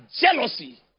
jealousy